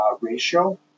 ratio